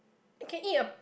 you can eat a